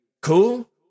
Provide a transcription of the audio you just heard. cool